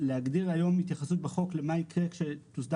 להגדיר היום התייחסות בחוק למה שיקרה כשתוסדר